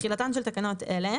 תחילתן של תקנות אלה